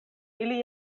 ili